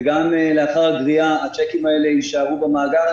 וגם לאחר גבייה, הצ'קים האלה יישארו במאגר.